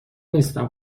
نیستم